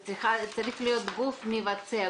זה צריך להיות גוף מבצע,